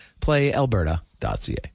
PlayAlberta.ca